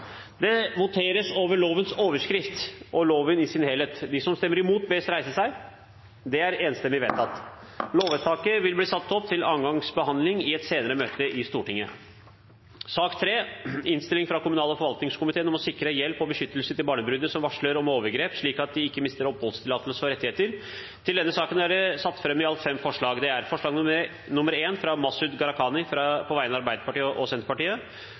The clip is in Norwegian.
Det voteres over lovens overskrift og loven i sin helhet. Lovvedtaket vil bli satt opp til andre gangs behandling i et senere møte i Stortinget. Under debatten er det satt fram i alt fem forslag. Det er forslag nr.1, fra Masud Gharahkhani på vegne av Arbeiderpartiet og Senterpartiet forslagene nr. 2 og 3, fra Heidi Greni på vegne av Senterpartiet